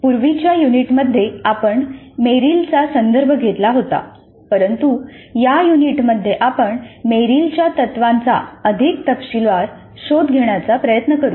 पूर्वीच्या युनिट्समध्ये आपण मेरिलचा संदर्भ घेतला होता परंतु या युनिटमध्ये आपण मेरिलच्या तत्त्वांचा अधिक तपशीलवार शोध घेण्याचा प्रयत्न करू